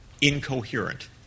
incoherent